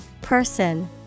Person